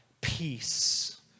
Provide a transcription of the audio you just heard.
peace